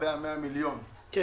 לגבי ה-100 מיליון של